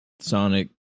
Sonic